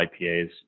IPAs